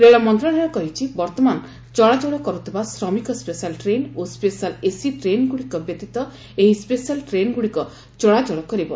ରେଳ ମନ୍ତ୍ରଣାଳୟ କହିଛି ବର୍ତ୍ତମାନ ଚଳାଚଳକରୁଥିବା ଶ୍ରମିକ ସ୍କେଶାଲ ଟ୍ରେନ୍ ଓ ସ୍କେଶାଲ ଏସି ଟ୍ରେନ୍ଗୁଡ଼ିକ ବ୍ୟତୀତ ଏହି ସ୍କେଶାଲ ଟ୍ରେନ୍ଗୁଡ଼ିକ ଚଳାଚଳ କରିବ